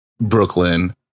brooklyn